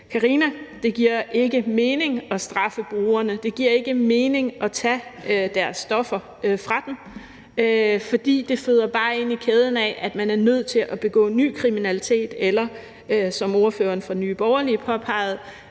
Karina, det giver ikke mening at straffe brugerne, det giver ikke mening at tage deres stoffer fra dem, for det føder bare ind i kæden af, at man er nødt til at begå ny kriminalitet; eller som ordføreren for Nye Borgerlige påpegede,